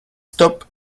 stop